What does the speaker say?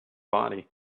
body